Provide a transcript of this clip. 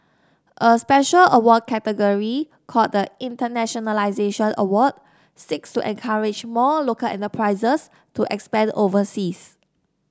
a special award category called the Internationalisation Award seeks to encourage more local enterprises to expand overseas